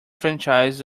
franchises